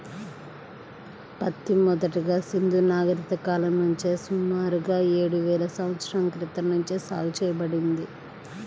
పత్తి మొదటగా సింధూ నాగరికత కాలం నుంచే సుమారుగా ఏడువేల సంవత్సరాల క్రితం నుంచే సాగు చేయబడింది